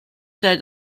zei